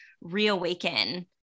reawaken